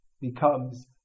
becomes